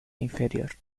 inferior